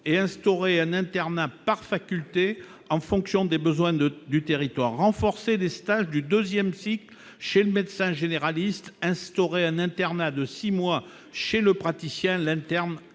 et instaurer un internat par faculté en fonction des besoins de du territoire renforcé des stages du 2ème cycle chez le médecin généraliste, instaurer un internat de 6 mois chez le praticien lanterne